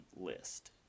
list